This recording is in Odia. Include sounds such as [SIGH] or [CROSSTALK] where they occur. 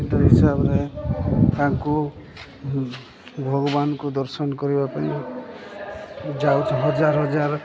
[UNINTELLIGIBLE] ହିସାବରେ ତାଙ୍କୁ ଭଗବାନଙ୍କୁ ଦର୍ଶନ କରିବା ପାଇଁ ଯାଉଛି ହଜାର ହଜାର